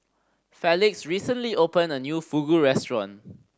Felix recently opened a new Fugu Restaurant